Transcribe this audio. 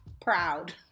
proud